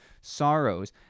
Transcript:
sorrows